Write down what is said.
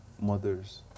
Mothers